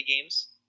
games